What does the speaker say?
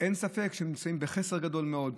אין ספק שהם נמצאים בחסר גדול מאוד,